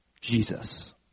Jesus